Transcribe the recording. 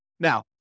Now